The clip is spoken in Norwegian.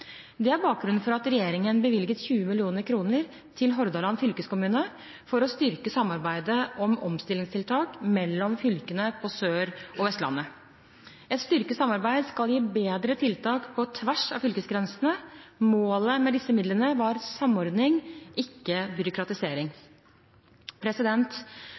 Det er bakgrunnen for at regjeringen bevilget 20 mill. kr til Hordaland fylkeskommune for å styrke samarbeidet mellom fylkene på Sør- og Vestlandet om omstillingstiltak. Et styrket samarbeid skal gi bedre tiltak på tvers av fylkesgrensene. Målet med disse midlene var samordning, ikke byråkratisering.